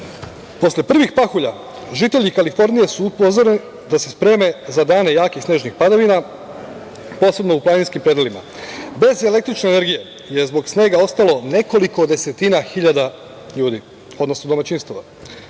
Posle prvih pahulja žitelji Kalifornije su upozoreni da se spreme za dane jakih i snežnih padavina, posebno u planinskim predelima. Bez električne energije je zbog snega ostalo nekoliko desetina hiljada ljudi, odnosno domaćinstava. Prethodnih